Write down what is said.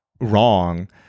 wrong